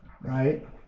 right